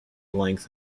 length